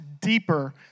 deeper